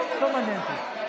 בסדר?